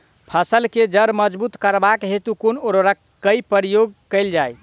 फसल केँ जड़ मजबूत करबाक हेतु कुन उर्वरक केँ प्रयोग कैल जाय?